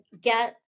get